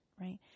right